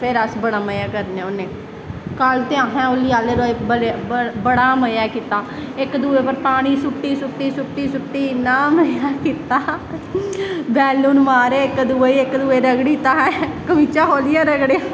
फिर अस बड़ा मज़ा करने होन्ने कल ते असें होली आह्ले दिन बड़ा बड़ा मज़ा कीता इक दुए पर पानी सुट्टी सुट्टी सुट्टी इन्ना मज़ा कीता बैलून मारे इक दुए इक दूए गी रगड़ी दित्ता असें कमीचां खोह्लियै रगड़ेआ